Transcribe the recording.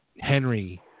Henry